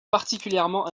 particulièrement